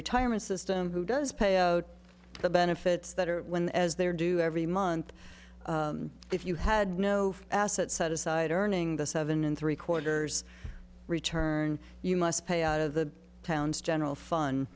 retirement system who does pay out the benefits that are when as there do every month if you had no assets set aside earning the seven and three quarters return you must pay out of the pounds general fun